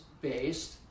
based